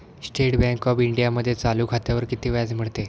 State bank of इंडियामध्ये चालू खात्यावर किती व्याज मिळते?